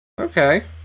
Okay